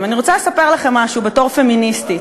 אני רוצה לספר לכם משהו בתור פמיניסטית.